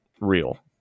real